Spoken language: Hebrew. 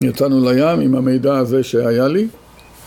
יצאנו לים עם המידע הזה שהיה לי